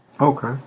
Okay